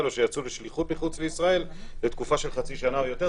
או שיצאו לשליחות מחוץ לישראל לתקופה של חצי שנה או יותר,